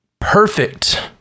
perfect